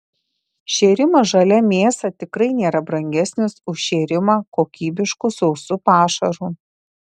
šėrimas žalia mėsa tikrai nėra brangesnis už šėrimą kokybišku sausu pašaru